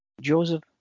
Joseph